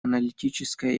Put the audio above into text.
аналитическая